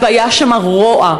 והיה שם רוע,